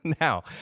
Now